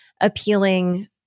appealing